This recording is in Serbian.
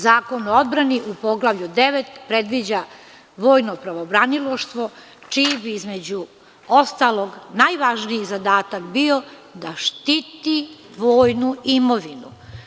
Na kraju, Zakon o odbrani u poglavlju 9. predviđa vojno pravobranilaštvo čiji bi, između ostalog, najvažniji zadatak bio da štiti vojnu imovinu.